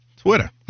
twitter